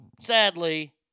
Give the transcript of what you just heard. sadly